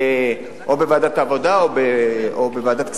או בוועדת העבודה או בוועדת הכספים,